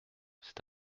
c’est